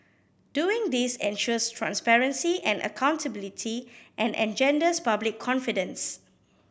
doing this ensures transparency and accountability and engenders public confidence